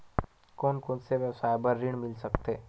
कोन कोन से व्यवसाय बर ऋण मिल सकथे?